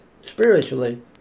spiritually